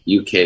UK